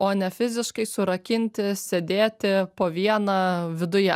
o ne fiziškai surakinti sėdėti po vieną viduje